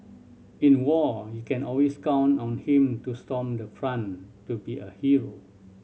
in war you can always count on him to storm the front to be a hero